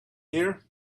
here